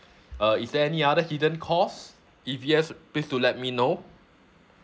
uh is there any other hidden cost if yes please do let me know